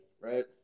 right